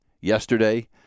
yesterday